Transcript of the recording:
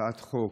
בהצעת חוק